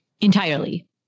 entirely